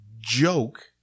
joke